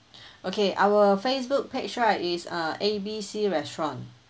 okay our Facebook page right is uh A B C restaurant